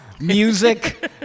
music